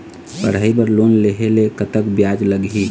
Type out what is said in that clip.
पढ़ई बर लोन लेहे ले कतक ब्याज लगही?